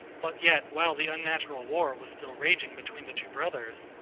but yet while the unnatural war was still raging between the two brothers,